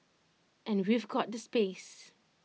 and we've got the space